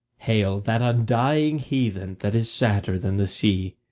hail that undying heathen that is sadder than the sea.